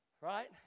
right